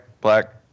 black